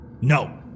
No